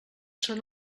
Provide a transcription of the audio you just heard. són